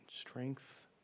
strength